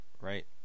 Right